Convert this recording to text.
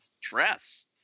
dress